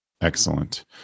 Excellent